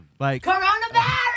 Coronavirus